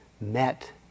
met